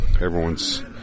Everyone's